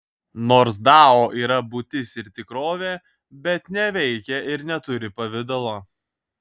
nors dao yra būtis ir tikrovė bet neveikia ir neturi pavidalo